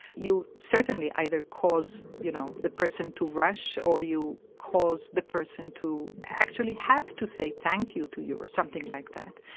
you certainly either cause you know the person to rush, or you cause the person to actually have to say thank you to you, or something like that,